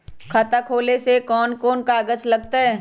खाता खोले ले कौन कौन कागज लगतै?